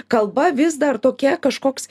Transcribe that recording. kalba vis dar tokia kažkoks